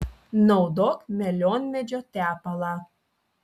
naudok melionmedžio tepalą